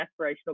aspirational